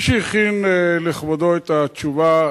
מי שהכין לכבודו את התשובה,